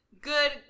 good